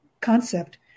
concept